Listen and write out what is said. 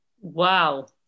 Wow